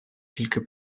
тільки